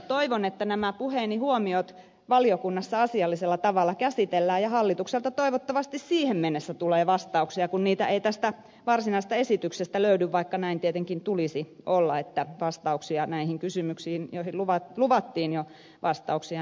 toivon että nämä puheeni huomiot valiokunnassa asiallisella tavalla käsitellään ja hallitukselta toivottavasti siihen mennessä tulee vastauksia kun niitä ei tästä varsinaisesta esityksestä löydy vaikka näin tietenkin tulisi olla että tulisi vas tauksia näihin kysymyksiin joihin luvattiin jo vastauksia